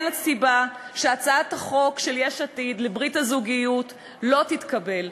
אין סיבה שהצעת החוק של יש עתיד על ברית הזוגיות לא תתקבל.